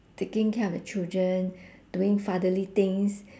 taking care of the children doing fatherly things